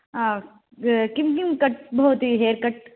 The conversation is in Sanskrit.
किं किं कट् भवती हेयर् कट्